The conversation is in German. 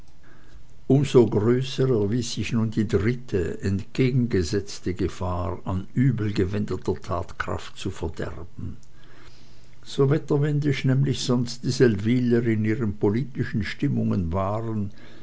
so größer erwies sich nun die dritte entgegengesetzte gefahr an übelgewendeter tatkraft zu verderben so wetterwendisch nämlich sonst die seldwyler in ihren politischen stimmungen waren